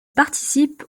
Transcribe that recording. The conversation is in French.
participe